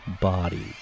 body